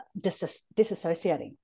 disassociating